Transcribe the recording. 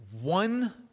one